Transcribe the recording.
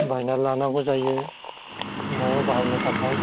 बायनानै लानांगौ जायो न'आव बाहायनो थाखाय